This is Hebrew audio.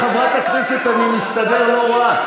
חברת הכנסת, נראה לי שאני מסתדר לא רע.